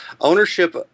Ownership